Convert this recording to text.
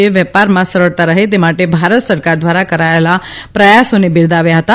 એ વેપારમાં સરળતા રહે તે માટે ભારત સરકાર દ્વારા કરાયેલા પ્રથાસોને બિરદાવ્યા હતા